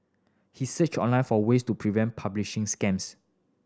he searched online for ways to prevent phishing scams